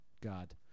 God